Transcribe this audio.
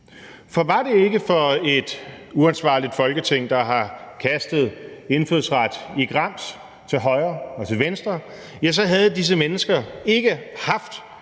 For var det ikke for et uansvarligt Folketing, der har kastet indfødsret i grams til højre og til venstre, så havde disse mennesker ikke haft